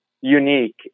unique